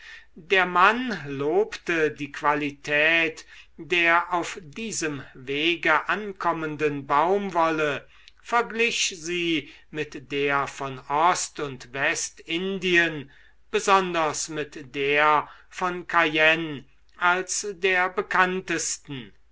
der mann lobte die qualität der auf diesem wege ankommenden baumwolle verglich sie mit der von ost und westindien besonders mit der von cayenne als der bekanntesten